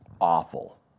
awful